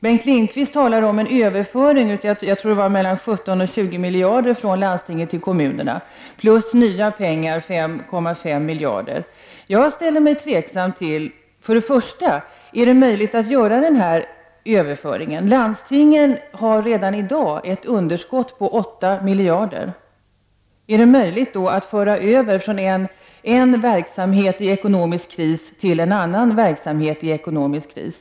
Bengt Lindqvist talar om en överföring på mellan 17 och 20 miljarder från landstingen till kommunerna plus 5,5 miljarder i nya pengar. Är det för det första möjligt att göra den överföringen? Landstingen har redan i dag ett underskott på 8 miljarder. Är det möjligt att föra över pengar från en verksamhet i ekonomisk kris till en annan verksamhet i ekonomisk kris?